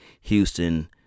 Houston